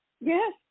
Yes